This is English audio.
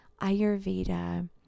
Ayurveda